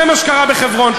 זה מה שקרה בחברון.